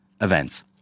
events